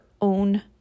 own